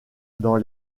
dans